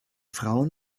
frauen